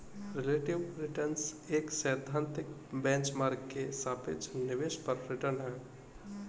relative return एक सैद्धांतिक benchmark के सापेक्ष निवेश पर रिटर्न है